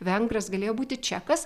vengras galėjo būti čekas